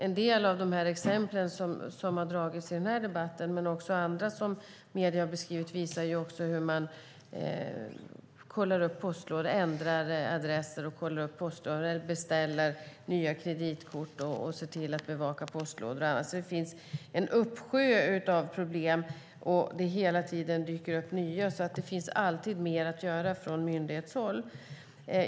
En del av de exempel som har dragits i denna debatt, men också andra som medierna har beskrivit, visar hur man kollar upp postlådor, ändrar adresser, beställer nya kreditkort, ser till att bevaka postlådor och annat. Det finns en uppsjö av problem, och det dyker hela tiden upp nya. Det finns alltid mer att göra från myndighetshåll.